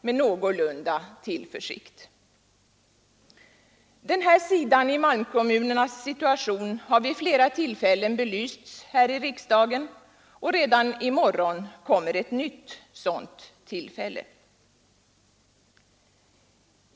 Denna sida i malmkommunernas situation har vid flera tillfällen belysts här i riksdagen, och redan i morgon kommer ett nytt sådant tillfälle.